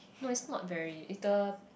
no is not very if the